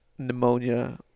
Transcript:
Pneumonia